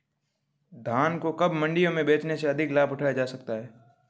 धान को कब मंडियों में बेचने से अधिक लाभ उठाया जा सकता है?